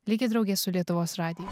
likit drauge su lietuvos radiju